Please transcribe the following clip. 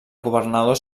governadors